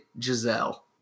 Giselle